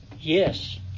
Yes